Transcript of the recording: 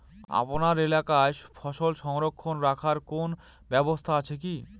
আপনার এলাকায় ফসল সংরক্ষণ রাখার কোন ব্যাবস্থা আছে কি?